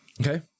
Okay